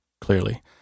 clearly